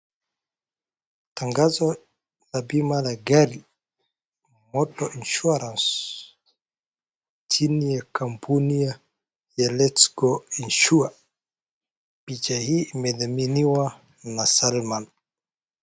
Tangazo la bima la gari Motor insurance chini ya kampuni ya LetsGo insure. Picha hii imedhiminiwa na Salman.